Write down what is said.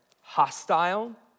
hostile